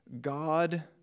God